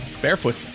barefoot